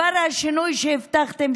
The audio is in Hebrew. השינוי שכבר הבטחתם,